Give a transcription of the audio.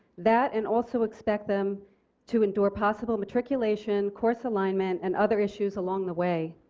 that and also expect them to endure possible matriculation, course alignment and other issues along the way.